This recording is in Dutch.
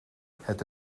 het